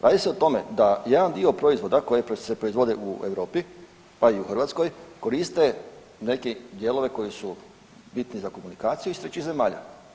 Radi se o tome da jedan dio proizvoda koji se proizvode u Europi pa i u Hrvatskoj koriste neke dijelove koji su bitni za komunikaciju iz trećih zemalja.